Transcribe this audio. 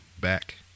back